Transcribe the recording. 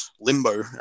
Limbo